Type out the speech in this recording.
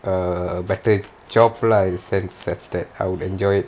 a better job lah in the sense that I would enjoy it